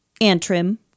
Antrim